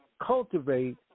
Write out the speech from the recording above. cultivate